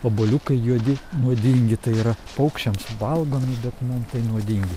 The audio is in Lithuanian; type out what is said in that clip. obuoliukai juodi nuodingi tai yra paukščiams valgomi bet mum tai nuodingi